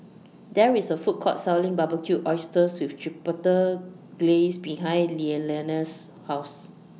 There IS A Food Court Selling Barbecued Oysters with Chipotle Glaze behind Lilianna's House